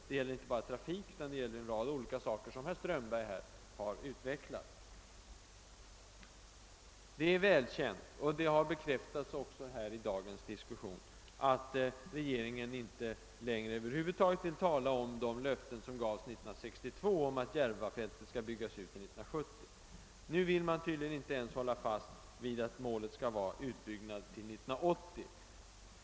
Det gäller inte bara trafik utan en rad olika saker, som herr Strömberg har berört. Det är välkänt, vilket också bekräftats i dagens diskussion, att regeringen över huvud taget inte längre vill tala om de löften som gavs 1962 om att Järvafältet skall byggas ut till 1970. Nu vill man tydligen inte ens hålla fast vid att målet skall vara utbyggnad till 1980.